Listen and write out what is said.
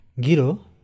Giro